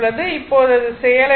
இப்போது இது செயலற்றது